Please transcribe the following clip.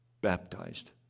Baptized